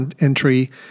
entry